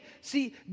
See